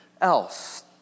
else